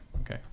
okay